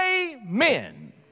Amen